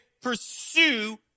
pursue